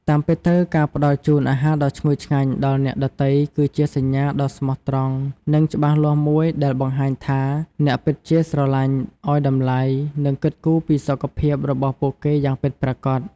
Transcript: តាមពិតទៅ ការផ្តល់ជូនអាហារដ៏ឈ្ងុយឆ្ងាញ់ដល់អ្នកដទៃគឺជាសញ្ញាដ៏ស្មោះត្រង់និងច្បាស់លាស់មួយដែលបង្ហាញថាអ្នកពិតជាស្រឡាញ់ ឲ្យតម្លៃ និងគិតគូរពីសុខភាពរបស់ពួកគេយ៉ាងពិតប្រាកដ។